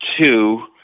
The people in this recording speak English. two